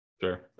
sure